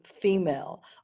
female